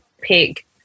pick